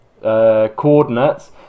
Coordinates